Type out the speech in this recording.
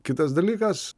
kitas dalykas